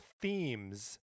themes